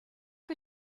que